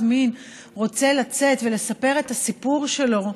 מין רוצה לצאת ולספר את הסיפור שלו,